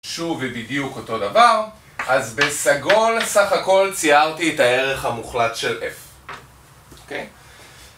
שוב בדיוק אותו דבר, אז בסגול סך הכל ציירתי את הערך המוחלט של אף, אוקיי?